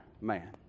man